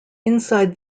inside